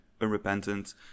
unrepentant